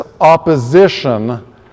Opposition